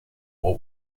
what